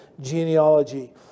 genealogy